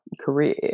career